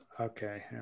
okay